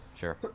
Sure